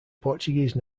portuguese